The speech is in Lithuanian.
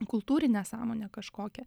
kultūrinę sąmonę kažkokią